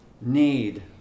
need